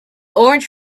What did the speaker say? orange